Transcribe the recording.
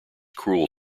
cruel